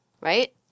Right